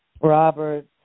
Robert